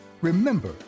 Remember